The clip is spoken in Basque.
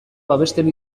babesten